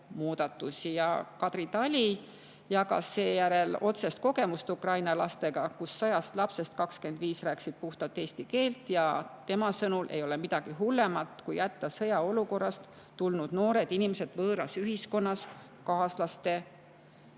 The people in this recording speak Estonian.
seadusemuudatusi. Kadri Tali jagas seejärel otsest kogemust Ukraina lastega, kui 100 lapsest 25 rääkisid puhtalt eesti keelt. Tema sõnul ei ole midagi hullemat kui jätta sõjaolukorrast tulnud noored inimesed võõras ühiskonnas kaaslaste